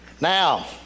Now